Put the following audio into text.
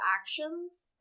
actions